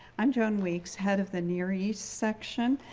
i'm joan weeks, head of the near east section.